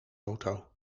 auto